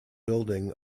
building